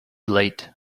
late